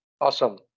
Awesome